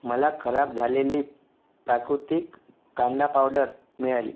मला खराब झालेली प्राकृतिक कांदा पावडर मिळाली